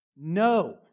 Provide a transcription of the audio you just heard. No